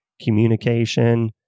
communication